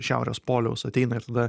šiaurės poliaus ateina ir tada